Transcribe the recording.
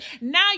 Now